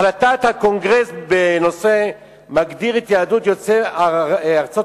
החלטת הקונגרס בנושא מגדירה את יהדות יוצאי ארצות